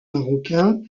marocains